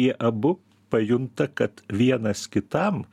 jie abu pajunta kad vienas kitam